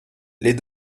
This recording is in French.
les